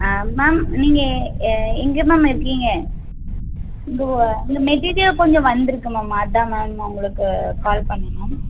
ஆ ma'am நீங்கள் எங்கே ma'am இருக்கீங்க இந்த இந்த மெட்டீரியல் கொஞ்சம் வந்திருக்கு மேம் அதுதான் மேம் நான் உங்களுக்கு கால் பண்ணிணேன் மேம்